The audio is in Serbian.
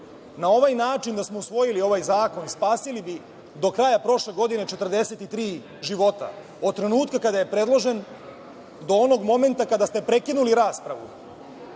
Na ovaj način, da smo usvojili ovaj zakon spasili bi do kraja prošle godine 43 života, od trenutka kada je predložen, do onog momenta kada ste prekinuli raspravu